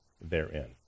therein